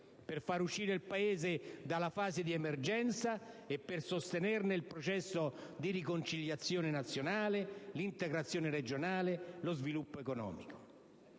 per far uscire il Paese dalla fase di emergenza e per sostenerne il processo di riconciliazione nazionale, l'integrazione regionale e lo sviluppo economico.